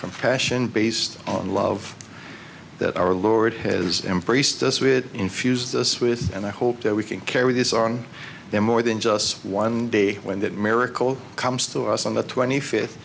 compassion based on love that our lord has embraced us with infused us with and i hope that we can carry this on there more than just one day when that miracle comes to us on the twenty fifth